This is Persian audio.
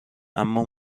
اما